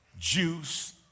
Juice